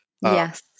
Yes